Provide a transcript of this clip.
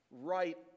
right